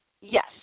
Yes